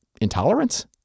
intolerance